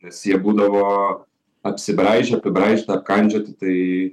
nes jie būdavo apsibraižę apibraižyti apkandžioti tai